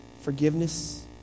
forgiveness